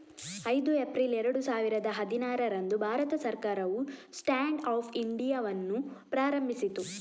ಐದು ಏಪ್ರಿಲ್ ಎರಡು ಸಾವಿರದ ಹದಿನಾರರಂದು ಭಾರತ ಸರ್ಕಾರವು ಸ್ಟ್ಯಾಂಡ್ ಅಪ್ ಇಂಡಿಯಾವನ್ನು ಪ್ರಾರಂಭಿಸಿತು